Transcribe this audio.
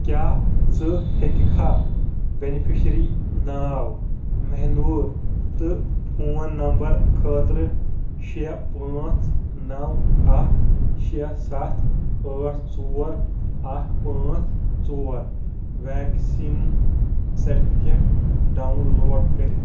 کیٛاہ ژٕ ہیککھا بینِفیشرِی ناو مہنوٗر تہٕ فون نمبر خٲطرٕ شیے پانژھ نَو اَکھ شے ستھ ٲٹھ ژور اَکھ پانژھ ژور ویکسیٖن سٹِفکیٹ ڈاؤن لوڈ کٔرِتھ